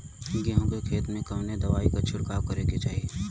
गेहूँ के खेत मे कवने दवाई क छिड़काव करे के चाही?